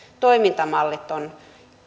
toimintamallit ovat